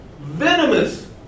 Venomous